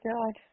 God